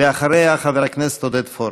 ואחריה, חבר הכנסת עודד פורר.